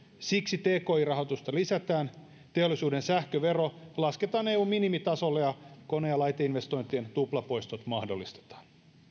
siksi tki rahoitusta lisätään teollisuuden sähkövero lasketaan eun minimitasolle ja kone ja laiteinvestointien tuplapoistot mahdollistetaan